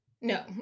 No